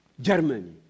Germany